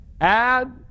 Add